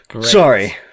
Sorry